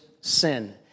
sin